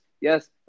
yes